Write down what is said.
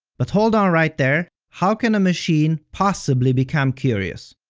but hold on right there, how can a machine possibly become curious?